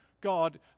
God